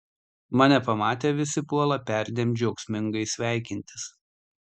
mane pamatę visi puola perdėm džiaugsmingai sveikintis